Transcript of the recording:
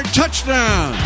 touchdown